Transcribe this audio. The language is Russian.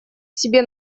себе